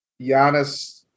Giannis